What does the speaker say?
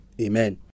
Amen